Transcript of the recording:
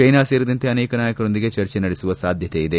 ಚ್ನೆನಾ ಸೇರಿದಂತೆ ಅನೇಕ ನಾಯಕರೊಂದಿಗೆ ಚರ್ಚೆ ನಡೆಸುವ ಸಾಧ್ಯತೆ ಇದೆ